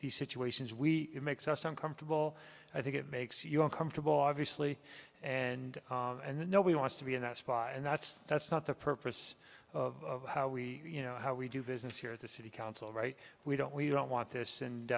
this situation is we makes us uncomfortable i think it makes you uncomfortable obviously and nobody wants to be in that spot and that's that's not the purpose of how we you know how we do business here at the city council right we don't we don't want this and